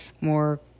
more